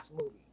movie